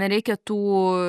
nereikia tų